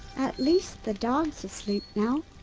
at least the dog's asleep now.